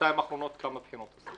בשנתיים האחרונות כמה בחינות?